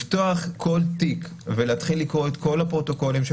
לפתוח כל תיק ולהתחיל לקרוא את כל הפרוטוקולים של